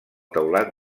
teulat